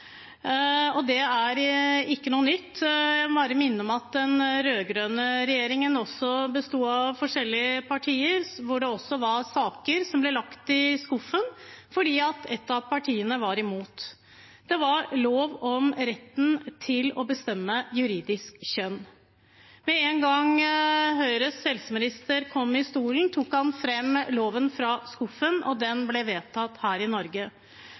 Det er ikke noe nytt. Jeg må bare minne om at den rød-grønne regjeringen også besto av forskjellige partier, hvor det også var saker som ble lagt i skuffen fordi et av partiene var imot. Det var lov om retten til å bestemme juridisk kjønn. Med én gang Høyres helseminister kom i stolen, tok han fram loven fra skuffen, og den ble vedtatt her i Norge.